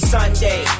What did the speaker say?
Sunday